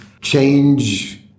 change